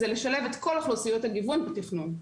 זה לשלב את כל אוכלוסיות הגיוון בתכנון.